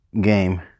game